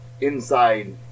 inside